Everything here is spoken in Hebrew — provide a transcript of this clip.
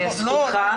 זכותך.